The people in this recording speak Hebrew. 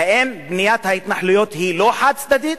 האם בניית ההתנחלויות היא לא חד-צדדית?